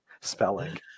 spelling